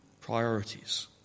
priorities